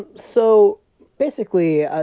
and so basically, ah